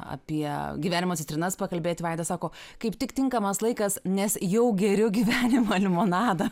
apie gyvenimo citrinas pakalbėti vaida sako kaip tik tinkamas laikas nes jau geriu gyvenimo limonadą